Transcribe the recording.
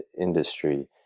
industry